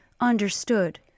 understood